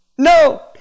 No